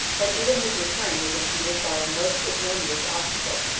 but even his return was impeded by a most ignominious obstacle.